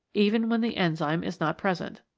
even when the enzyme is not present.